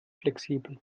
flexibel